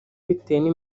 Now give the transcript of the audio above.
bitewe